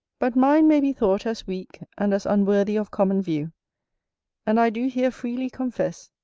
but mine may be thought as weak, and as unworthy of common view and i do here freely confess,